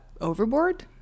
Overboard